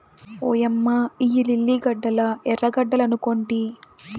ఓయమ్మ ఇయ్యి లిల్లీ గడ్డలా ఎర్రగడ్డలనుకొంటి